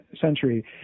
century